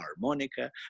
harmonica